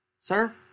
sir